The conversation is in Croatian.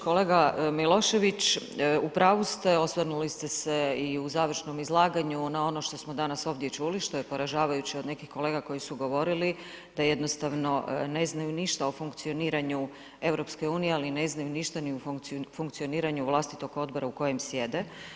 Kolega Milošević, u pravu ste, osvrnuli ste se i u završnom izlaganju na ono što smo danas ovdje čuli, što je poražavajuće od nekih kolega koji su govorili da jednostavno ne znaju ništa o funkcioniranju EU, ali ne znaju ništa ni o funkcioniranju vlastitog odbora u kojem sjede.